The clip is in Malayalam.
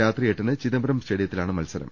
രാത്രി എട്ടിന് ചിദംബരം സ്റ്റേഡി യത്തിലാണ് മത്സരം